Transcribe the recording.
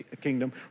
kingdom